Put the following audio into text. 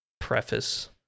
preface